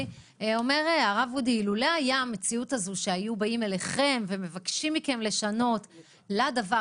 הרב אודי אומר שאילולא הייתה המציאות שבאו אליכם וביקשו מכם לשנות לדבר